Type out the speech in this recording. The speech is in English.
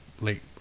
late